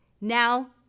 Now